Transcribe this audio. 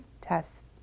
test